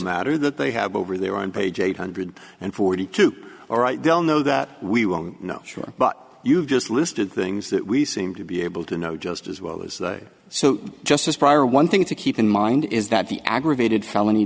matter that they have over there on page eight hundred and forty two all right they'll know that we won't know for sure but you've just listed things that we seem to be able to know just as well as so just as prior one thing to keep in mind is that the aggravated felony